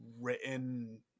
written